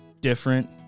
different